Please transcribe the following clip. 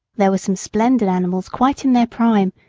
there were some splendid animals quite in their prime,